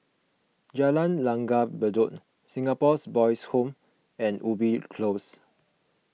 Jalan Langgar Bedok Singapore Boys' Home and Ubi Close